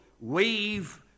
weave